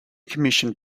commissioned